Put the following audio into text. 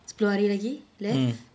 sepuluh hari lagi left